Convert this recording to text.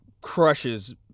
crushes